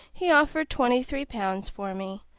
he offered twenty-three pounds for me,